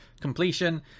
completion